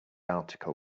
article